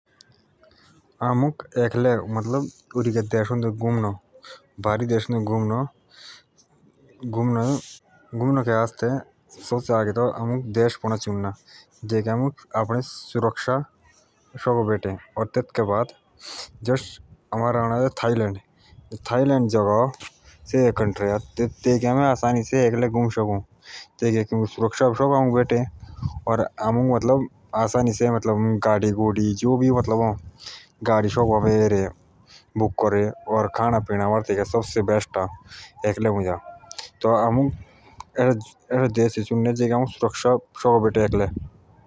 हमुक एक लेख ओर रि के देश घूमने के आस्थे सबसे आगे आमुक देश पड़ा चुनना। थेथके बाद अओमुक आपने सुरक्षा शकों बैठे जैसों थाईलैंड थे एके आमुख सुरक्षा शकों बेटे गाड़ी शौकों बुक करे आमुख एसो देश पड़ो चुनना जे ईके आमुक अपने सुरक्षा शकों बेटे।